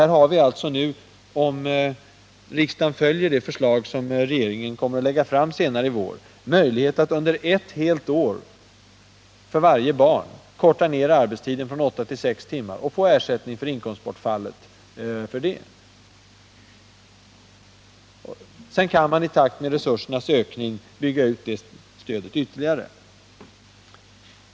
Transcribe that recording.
Här ger vi alltså nu, om riksdagen följer det förslag som regeringen kommer att lägga fram senare i vår, möjlighet att under ett helt år för varje barn korta ner arbetstiden från åtta till sex timmar och få ersättning för inkomstbortfallet. Sedan kan, i takt med resursernas ökning, det stödet byggas ut ytterligare.